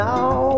Now